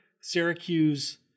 Syracuse